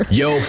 yo